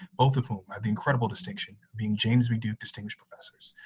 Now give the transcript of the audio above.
both of them have incredible distinction being james b. duke distinguished professors.